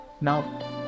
Now